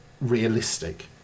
realistic